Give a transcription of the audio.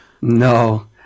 No